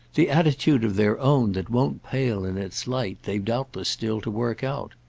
the attitude of their own that won't pale in its light they've doubtless still to work out.